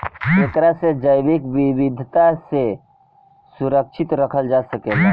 एकरा से जैविक विविधता के सुरक्षित रखल जा सकेला